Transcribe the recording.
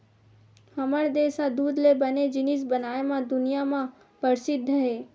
हमर देस ह दूद ले बने जिनिस बनाए म दुनिया म परसिद्ध हे